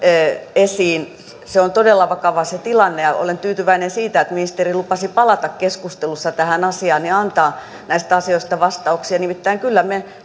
esiin se on todella vakava tilanne ja olen tyytyväinen siihen että ministeri lupasi palata keskustelussa tähän asiaan ja antaa näihin asioihin vastauksia nimittäin kyllä me